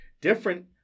different